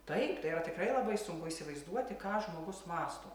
taip tai yra tikrai labai sunku įsivaizduoti ką žmogus mąsto